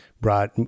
brought